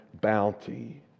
bounty